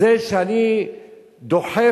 זה שאני דוחף